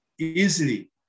easily